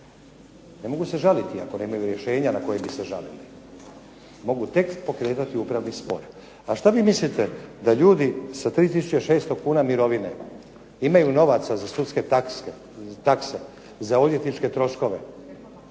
Ne mogu se žaliti, ako nemaju rješenja na koje bi se žalili. Mogu tek pokretati upravni spor. A šta vi mislite da ljudi sa 3600 kuna mirovine imaju novaca za sudske takse, za odvjetničke troškove,